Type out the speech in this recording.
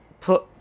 put